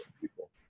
people